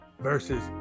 versus